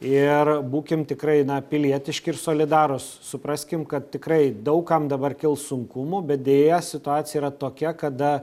ir būkim tikrai pilietiški ir solidarūs supraskim kad tikrai daug kam dabar kils sunkumų bet deja situacija yra tokia kada